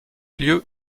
lieu